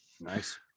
Nice